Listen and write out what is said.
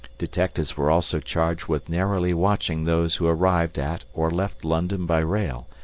detectives were also charged with narrowly watching those who arrived at or left london by rail,